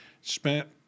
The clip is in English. spent